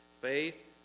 faith